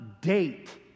date